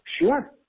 Sure